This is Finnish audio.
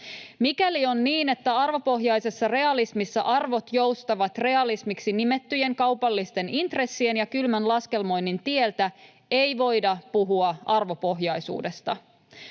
Mikäli on niin, että arvopohjaisessa realismissa arvot joustavat realismiksi nimettyjen kaupallisten intressien ja kylmän laskelmoinnin tieltä, ei voida puhua arvopohjaisuudesta.